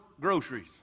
groceries